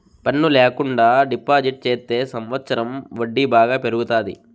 పన్ను ల్యాకుండా డిపాజిట్ చెత్తే సంవచ్చరం వడ్డీ బాగా పెరుగుతాది